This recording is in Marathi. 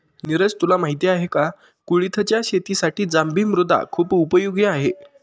निरज तुला माहिती आहे का? कुळिथच्या शेतीसाठी जांभी मृदा खुप उपयोगी आहे